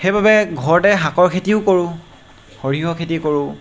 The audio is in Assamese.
সেইবাবে ঘৰতে শাকৰ খেতিও কৰোঁ সৰিয়হৰ খেতি কৰোঁ